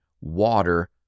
water